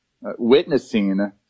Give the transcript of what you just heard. witnessing